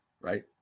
right